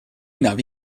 navi